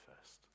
first